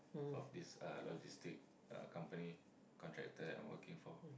of this uh logistic uh company contractor that I'm working for